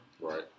Right